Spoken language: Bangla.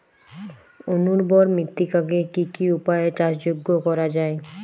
অনুর্বর মৃত্তিকাকে কি কি উপায়ে চাষযোগ্য করা যায়?